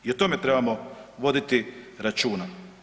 I o tome trebamo voditi računa.